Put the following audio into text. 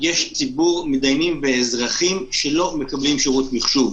יש ציבור מתדיינים ואזרחים שלא מקבלים שירות מחשוב.